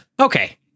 Okay